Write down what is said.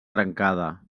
trencada